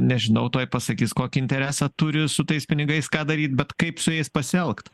nežinau tuoj pasakys kokį interesą turi su tais pinigais ką daryt bet kaip su jais pasielgt